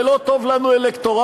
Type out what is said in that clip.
זה לא טוב לנו אלקטורלית,